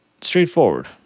Straightforward